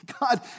God